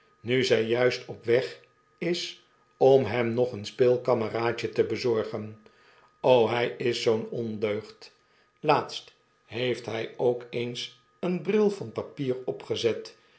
nu zij juist op weg is om hem nog een speelkameraadje tebezorgen olhyiszoo'n ondeugd laatst heeft hy ook eens een brilvati papier opgezet